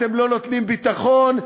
אתם לא נותנים ביטחון,